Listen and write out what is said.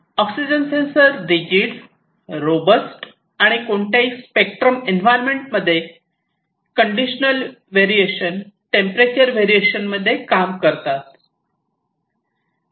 oxygen sensor rigid robust आणि कोणत्याही ही extreme environmental condition variation temperature variation मध्ये काम करतात